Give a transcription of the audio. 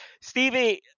Stevie